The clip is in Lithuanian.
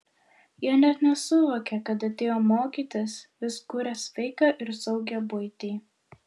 jie net nesuvokia kad atėjo mokytis vis kuria sveiką ir saugią buitį